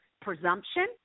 presumption